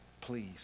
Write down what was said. Please